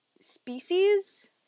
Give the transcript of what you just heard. species